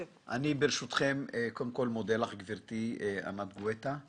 אני, קודם כל, מודה לך גברתי ענת גואטה.